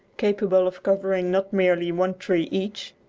capable of covering not merely one tree each,